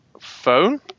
phone